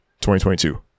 2022